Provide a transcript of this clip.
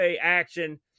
action